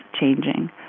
changing